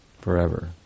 forever